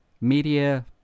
media